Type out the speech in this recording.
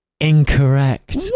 incorrect